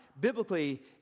biblically